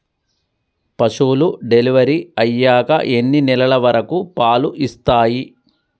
పశువులు డెలివరీ అయ్యాక ఎన్ని నెలల వరకు పాలు ఇస్తాయి?